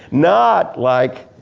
not like,